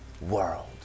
world